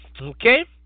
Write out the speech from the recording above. Okay